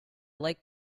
like